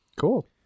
Cool